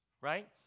right